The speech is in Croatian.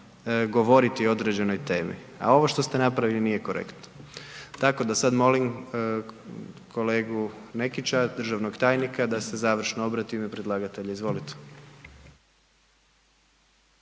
govoriti o određenoj temi. A ovo što ste napravili nije korektno. Tako da sad molim kolegu Nekića, državnog tajnika da se završno obrati u ime predlagatelja. Izvolite.